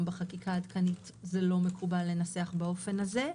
היום בחקיקה עדכנית לנסח באופן הזה.